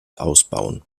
ausbauen